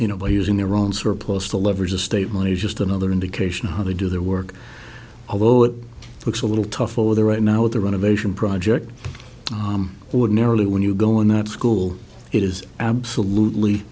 you know by using their own surplus to leverage the state money is just another indication of how they do their work although it looks a little tough over there right now with the renovation project ordinarily when you go in that school it is absolutely